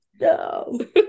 No